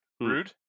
Rude